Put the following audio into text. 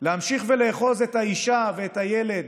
להמשיך ולאחוז את האישה ואת הילד